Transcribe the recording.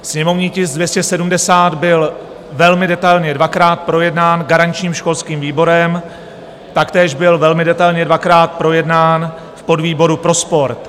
Sněmovní tisk 270 byl velmi detailně dvakrát projednán garančním školským výborem, taktéž byl velmi detailně dvakrát projednán v podvýboru pro sport.